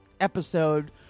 episode